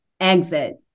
exit